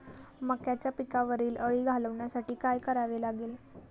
मक्याच्या पिकावरील अळी घालवण्यासाठी काय करावे लागेल?